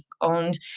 owned